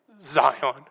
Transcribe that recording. Zion